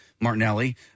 Martinelli